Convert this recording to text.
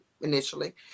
initially